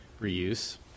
reuse